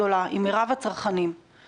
זה לא בהכרח הטיעון שאומר,